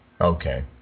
Okay